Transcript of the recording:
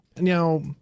Now